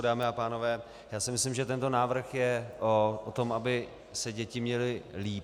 Dámy a pánové, já si myslím, že tento návrh je o tom, aby se děti měly lépe.